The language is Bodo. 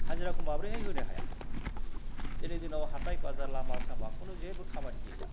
हाजिराखौ माब्रैहाय होनो हाया दिनै जोंनाव हाथाय बाजार लामा सामा खुनु जेबो खामानि गैला